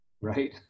Right